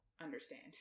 understand